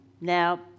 Now